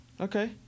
Okay